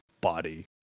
body